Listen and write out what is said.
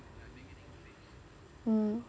mm